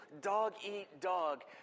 dog-eat-dog